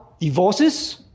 divorces